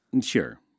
Sure